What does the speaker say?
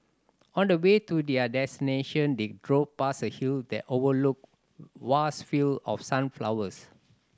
on the way to their destination they drove past a hill that overlooked vast field of sunflowers